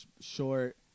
short